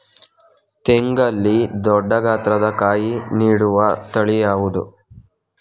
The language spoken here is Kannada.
ತೆಂಗಲ್ಲಿ ದೊಡ್ಡ ಗಾತ್ರದ ಕಾಯಿ ನೀಡುವ ತಳಿ ಯಾವುದು?